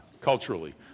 culturally